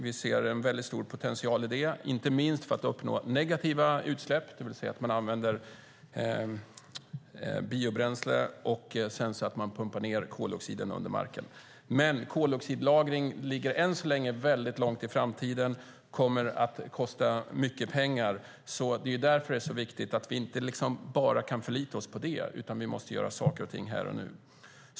Vi ser en väldigt stor potential i det, inte minst för att uppnå negativa utsläpp, det vill säga att man använder biobränslen och sedan pumpar ned koldioxiden under marken. Men koldioxidlagring ligger än så länge väldigt långt in i framtiden och kommer att kosta mycket pengar. Därför är det så viktigt att vi inte bara förlitar oss på det utan gör saker och ting här och nu.